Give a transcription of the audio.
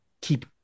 keep